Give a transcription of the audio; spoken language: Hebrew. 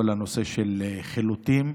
כל הנושא של חילוטים,